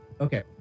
Okay